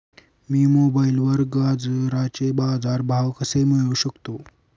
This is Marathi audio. मी मोबाईलवर गाजराचे बाजार भाव कसे मिळवू शकतो?